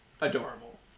adorable